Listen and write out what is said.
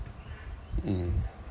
mm